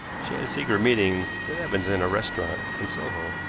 she had a secret meeting with evans in a restaurant in soho.